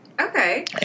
Okay